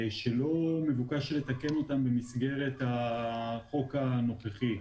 שלא מבוקש לתקן אותם במסגרת החוק הנוכחי.